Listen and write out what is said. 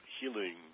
healing